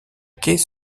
quais